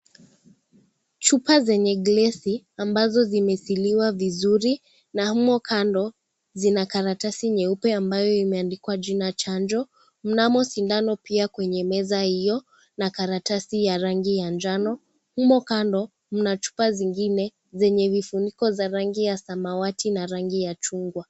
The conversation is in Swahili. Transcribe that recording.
Chupa zenye glesi ambazo zimesiliwa vizuri na humo kando zina karatasi nyeupe ambayo imeandikwa jina chanjo. Mnamo sindano pia kwenye meza iyo na karatasi ya rangi ya njano. Humo kando, mna chupa zingine zenye vifuniko za rangi ya samawati na rangi ya chungwa.